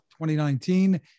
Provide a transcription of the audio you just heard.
2019